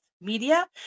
Media